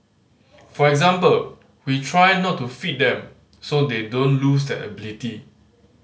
for example we try not to feed them so they don't lose that ability